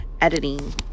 editing